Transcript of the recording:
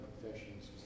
professions